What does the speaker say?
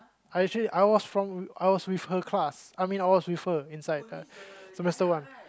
I actually I was from I was with her class I mean with her inside uh semester one